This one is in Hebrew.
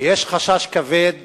ויש חשש כבד